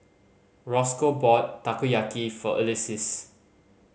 Rosco bought Takoyaki for Ulysses